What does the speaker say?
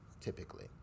typically